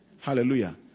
Hallelujah